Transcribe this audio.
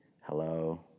Hello